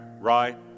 right